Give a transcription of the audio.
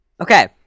okay